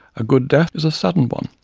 a good death is a sudden one,